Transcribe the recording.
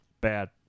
Bad